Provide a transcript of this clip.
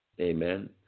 amen